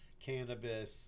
cannabis